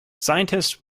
scientists